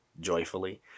joyfully